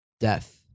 death